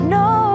no